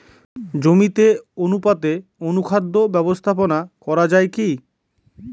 জমিতে অনুপাতে অনুখাদ্য ব্যবস্থাপনা করা য়ায় কি?